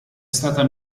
stata